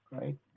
right